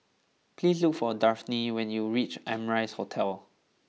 please look for Dafne when you reach Amrise Hotel